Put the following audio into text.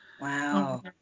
Wow